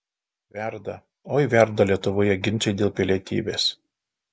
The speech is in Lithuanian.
verda oi verda lietuvoje ginčai dėl pilietybės